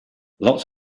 lots